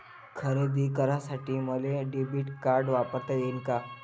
खरेदी करासाठी मले डेबिट कार्ड वापरता येईन का?